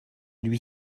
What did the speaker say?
lui